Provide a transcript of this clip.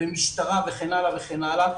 משטרה וכן הלאה וכן הלאה,